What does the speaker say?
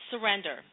surrender